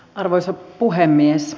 arvoisa puhemies